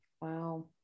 Wow